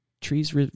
trees